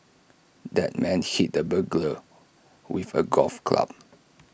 the man hit the burglar with A golf club